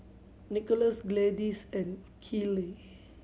Nickolas Gladyce and Keeley